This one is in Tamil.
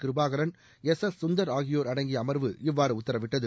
கிருபாகரன் எஸ் எஸ் கந்தர் ஆகியோர் அடங்கிய அமர்வு இவ்வாறு உத்தரவிட்டது